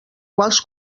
quals